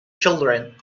children